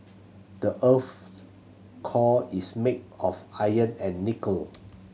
the earth's core is made of iron and nickel